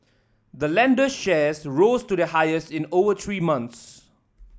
the lender's shares rose to their highest in over three months